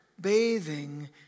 bathing